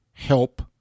Help